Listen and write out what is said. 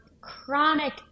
Chronic